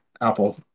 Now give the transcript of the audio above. Apple